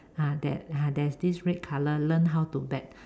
ha there ha there's this red color learn how to bet